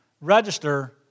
register